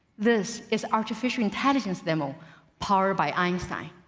this is artificial intelligence demo powered by einstein.